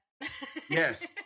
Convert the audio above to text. Yes